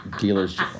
Dealer's